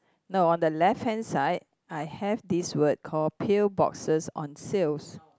no the left hand side I have this word call pill boxes on sale